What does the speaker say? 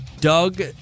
Doug